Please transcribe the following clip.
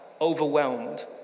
overwhelmed